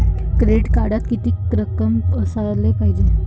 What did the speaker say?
Credit कार्डात कितीक रक्कम असाले पायजे?